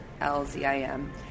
L-Z-I-M